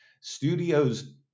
Studios